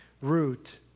root